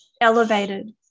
elevated